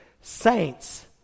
saints